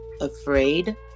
afraid